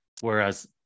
Whereas